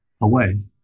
away